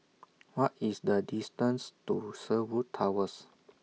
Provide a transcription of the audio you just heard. What IS The distance to Sherwood Towers